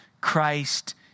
Christ